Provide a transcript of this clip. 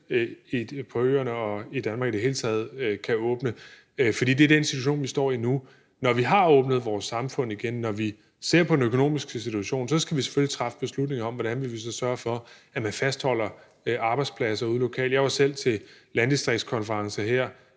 på øerne og i Danmark i det hele taget kan åbne, for det er den situation, vi står i nu. Når vi har åbnet vores samfund igen, når vi ser på den økonomiske situation, så skal vi selvfølgelig træffe beslutninger om, hvordan vi vil sørge for, at man fastholder arbejdspladser ude lokalt. Jeg var selv til landdistriktskonference her